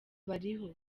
bariho